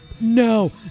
no